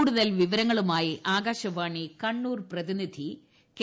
കൂടുതൽ വിവരങ്ങളുമായി ആകാശവാണി കണ്ണൂർ പ്രതിനിധി കെ